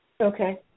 Okay